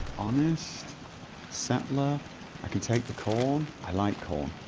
honest settler i can take the corn i like corn